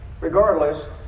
regardless